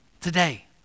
Today